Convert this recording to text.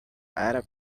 arab